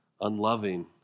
unloving